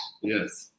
Yes